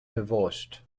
divorced